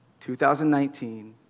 2019